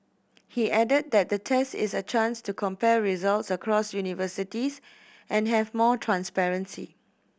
he added that the test is a chance to compare results across universities and have more transparency